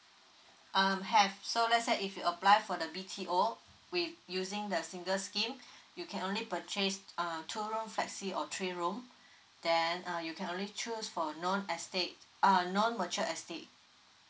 um have so let's say if you apply for the B_T_O with using the single scheme you can only purchased err two room flexi all three room then uh you can only choose for non estate uh non mature estate